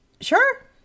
sure